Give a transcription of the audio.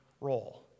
role